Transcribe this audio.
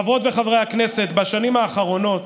חברות וחברי הכנסת, בשנים האחרונות